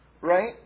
right